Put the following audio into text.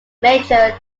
major